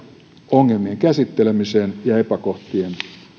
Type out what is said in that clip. ongelmien käsittelemiseen ja epäkohtien